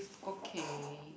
okay